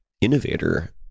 Innovator